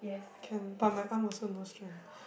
can but my arm also no strength